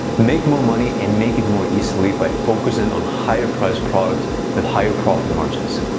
make more money and make it more easily by focusing on higher-priced products with higher profit margins.